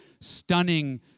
stunning